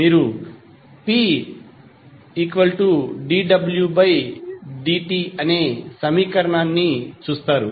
మీరు p≜dwdt అనే సమీకరణాన్ని చూస్తారు